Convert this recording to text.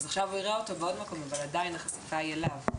עכשיו הוא יראה אותו בעוד מקום אבל עדיין החפיפה היא אליו.